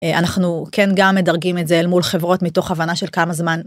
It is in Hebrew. אנחנו כן גם מדרגים את זה אל מול חברות מתוך הבנה של כמה זמן.